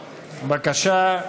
בבקשה,